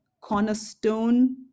cornerstone